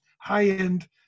high-end